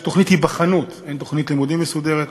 יש תוכנית היבחנות, אין תוכנית לימודים מסודרת